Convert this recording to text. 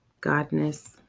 godness